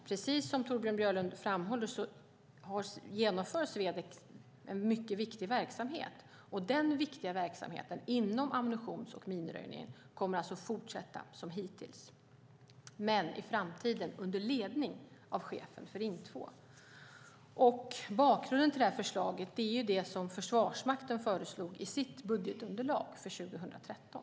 Precis som Torbjörn Björlund framhåller bedriver Swedec en viktig verksamhet inom ammunitions och minröjningen, och denna viktiga verksamhet kommer alltså att fortsätta som hittills men under ledning av chefen för Ing 2. Bakgrunden till förslaget är det som Försvarsmakten föreslog i sitt budgetunderlag för 2013.